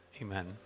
Amen